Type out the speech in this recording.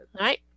right